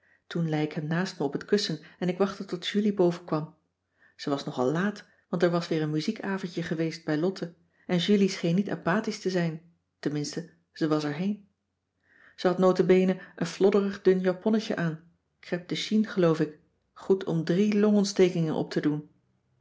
ik hem naast me op het kussen en ik wachtte tot julie bovenkwam ze was nogal laat want er was weer een muziekavondje geweest bij lotte en julie scheen niet apathisch te zijn tenminste ze was er heen ze had nota bene een flodderig dun japonnetje aan crèpe de chine geloof ik goed om drie longontstekingen op te doen